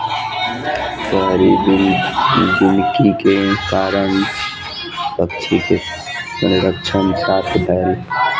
शहरी वानिकी के कारण पक्षी के संरक्षण प्राप्त भेल